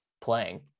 playing